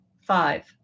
Five